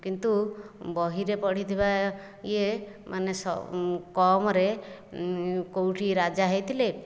କିନ୍ତୁ ବହିରେ ପଢ଼ିଥିବା ଇଏ ମାନେ କମରେ କେଉଁଠି ରାଜା ହୋଇଥିଲେ